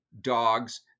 dogs